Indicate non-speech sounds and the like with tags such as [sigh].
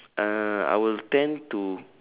[noise] uh I will tend to